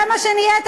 זה מה שנהייתם,